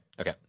okay